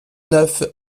neuf